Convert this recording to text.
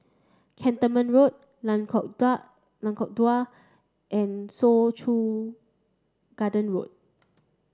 Cantonment Road Lengkok Lengkok Dua and Soo Chow Garden Road